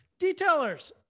Detailers